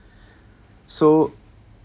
so